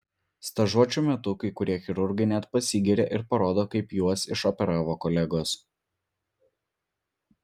stažuočių metu kai kurie chirurgai net pasigiria ir parodo kaip juos išoperavo kolegos